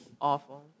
awful